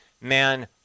man